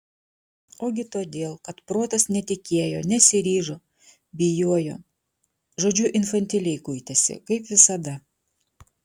ogi todėl kad protas netikėjo nesiryžo bijojo žodžiu infantiliai kuitėsi kaip visada